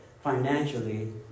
financially